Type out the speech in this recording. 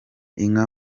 inka